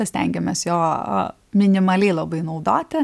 stengiamės jo minimaliai labai naudoti